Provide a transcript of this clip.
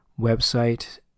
website